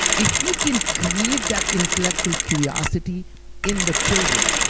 if you can create that intellectual curiosity in the children,